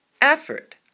effort